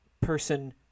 person